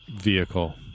vehicle